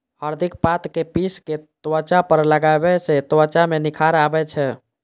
हरदिक पात कें पीस कें त्वचा पर लगाबै सं त्वचा मे निखार आबै छै